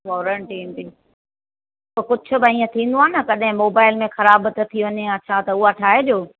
warranty ईंदी त कुझु भई इअं थींदो आहे न कॾहिं मोबाइल में ख़राबुत थी वञे या छा तव्हां उहा ठाहे ॾियो